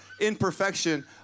imperfection